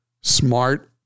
smart